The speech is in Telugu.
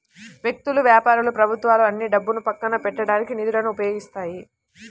వ్యక్తులు, వ్యాపారాలు ప్రభుత్వాలు అన్నీ డబ్బును పక్కన పెట్టడానికి నిధులను ఉపయోగిస్తాయి